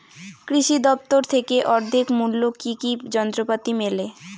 কৃষি দফতর থেকে অর্ধেক মূল্য কি কি যন্ত্রপাতি মেলে?